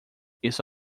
isso